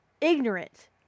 ignorant